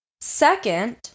Second